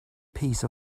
piece